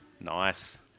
nice